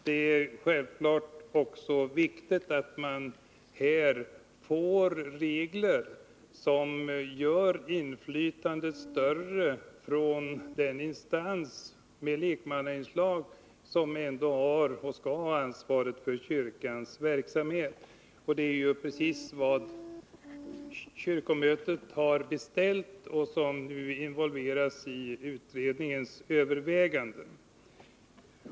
Det är självfallet viktigt att man på detta område får regler som gör inflytandet större för den instans med lekmannainslag som ändå har och skall ha ansvaret för kyrkans verksamhet. Det är precis vad kyrkomötet har beställt, och det är involverat i utredningens överväganden.